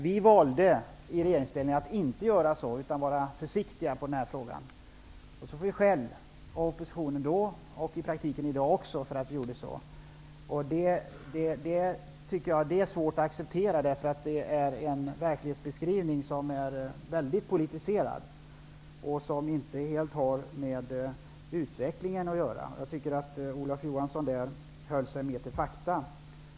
Vi valde i regeringsställning att inte göra så utan var försiktiga i denna fråga. Vi fick skäll från oppositionen, och i praktiken får vi det i dag också, för att vi gjorde det. Det är svårt att acceptera, därför att det är en verklighetsbeskrivning som är väldigt politiserad och som inte helt har med utvecklingen att göra. Jag tycker att Olof Johansson där mer höll sig till fakta.